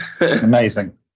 Amazing